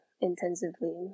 intensively